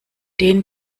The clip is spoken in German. den